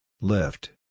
Lift